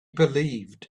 believed